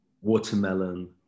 watermelon